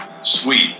sweet